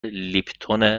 لیپتون